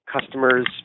customers